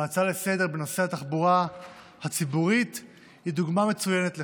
ההצעה לסדר-היום בנושא התחבורה הציבורית היא דוגמה מצוינת לכך.